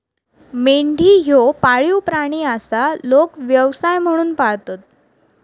मेंढी ह्यो पाळीव प्राणी आसा, लोक व्यवसाय म्हणून पाळतत